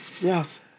Yes